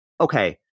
okay